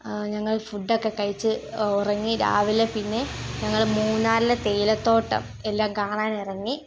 ഞങ്ങൾ ഫുഡൊക്കെ കഴിച്ച് ഉറങ്ങി രാവിലെ പിന്നെ ഞങ്ങൾ മൂന്നാറിലെ തേയിലത്തോട്ടം എല്ലാം കാണാൻ ഇറങ്ങി